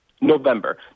November